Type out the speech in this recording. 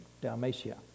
Dalmatia